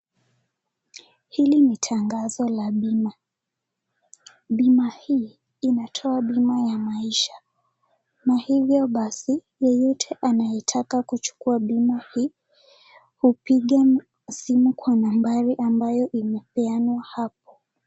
Hili ni tangazo la bima. Bima hii inatoa bima ya maisha na hivyo basi yeyote anayetaka kuchukua bima hii hupiga simu kwa nambari ambayo inapeanwa hapo.